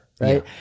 right